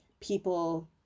people